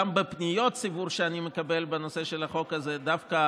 גם בפניות ציבור שאני מקבל בנושא של החוק הזה דווקא